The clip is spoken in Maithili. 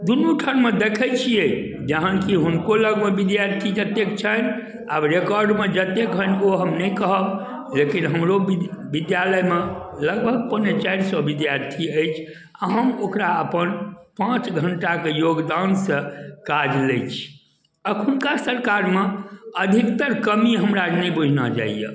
दुनू ठाममे देखैत छियै जहन कि हुनको लगमे बिधार्थी एतेक छनि आब रेकॉर्डमे जतेक होनि ओ हम नहि कहब लेकिन हमरो बिद बिद्यालयमे लगभग पोने चारि सए बिद्यार्थी अछि आ हम ओकरा अपन पाँच घण्टा कऽ योगदानसँ काज लैत छी एखुनका सरकारमे अधिकतर कमी हमरा नहि बुझना जाइए